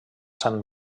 sant